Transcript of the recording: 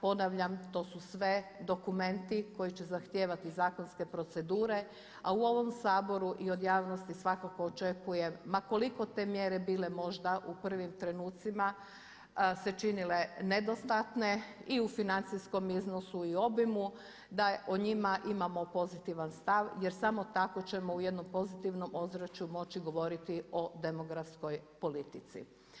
Ponavljam to su sve dokumenti koji će zahtijevati zakonske procedure, a u ovom Saboru i od javnosti svakako očekujem ma koliko te mjere bile možda u prvim trenutcima se činile nedostatne i u financijskom iznosu i obimu, da o njima imamo pozitivan stav jer samo tako ćemo u jednom pozitivnom ozračju moći govoriti o demografskoj politici.